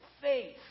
faith